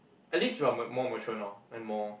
at least we are m~ more mature now and more